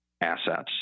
assets